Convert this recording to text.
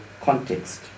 context